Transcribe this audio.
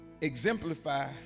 exemplify